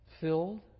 filled